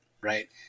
right